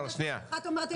כאימא צעירה,